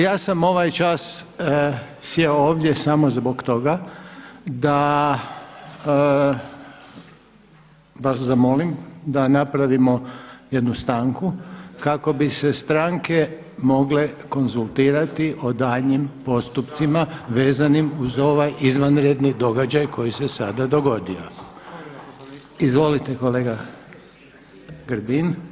Ja sam ovaj čas sjeo ovdje samo zbog toga da vas zamolim da napravimo jednu stanku kako bi se stranke mogle konzultirati o daljnjim postupcima vezanim uz ovaj izvanredni događaj koji se sada dogodio. … [[Upadica se ne čuje.]] Izvolite kolega Grbin.